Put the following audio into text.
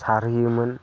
सारहैयोमोन